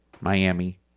Miami